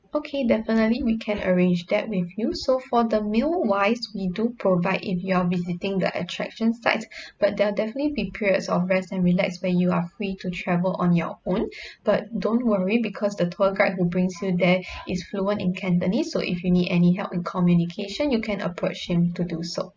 okay definitely we can arrange that with you so for the meal wise we do provide if you're visiting the attraction sites but there are definitely be periods of rest and relax where you are free to travel on your own but don't worry because the tour guide who brings you there is fluent in cantonese so if you need any help in communication you can approach him to do so